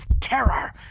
terror